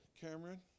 Cameron